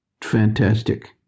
fantastic